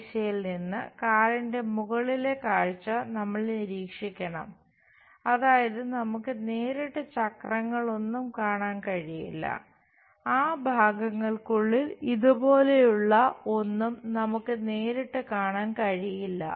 ഈ ദിശയിൽ നിന്ന് കാറിന്റെ മുകളിലെ കാഴ്ച നമ്മൾ നിരീക്ഷിക്കണം അതായത് നമുക്ക് നേരിട്ട് ചക്രങ്ങളൊന്നും കാണാൻ കഴിയില്ല ആ ഭാഗങ്ങൾക്കുള്ളിൽ ഇതുപോലുള്ള ഒന്നും നമുക്ക് നേരിട്ട് കാണാൻ കഴിയില്ല